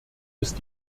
ist